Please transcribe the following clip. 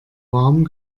warm